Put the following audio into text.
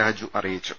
രാജു അറിയിച്ചു